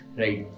right